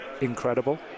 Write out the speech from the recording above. incredible